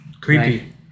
Creepy